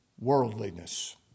worldliness